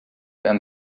and